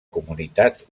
comunitats